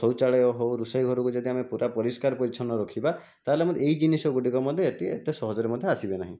ଶୌଚାଳୟ ହେଉ ରୋଷେଇଘରକୁ ଯଦି ଆମେ ପୁରା ପରିଷ୍କାର ପରିଚ୍ଛନ୍ନ ରଖିବା ତା'ହେଲେ ଏହି ଜିନିଷଗୁଡ଼ିକ ମଧ୍ୟ ଏତେ ଏତେ ସହଜରେ ମଧ୍ୟ ଆସିବେ ନାହିଁ